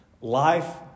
Life